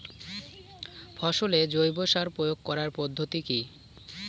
ফসলে জৈব সার প্রয়োগ করার পদ্ধতি কি?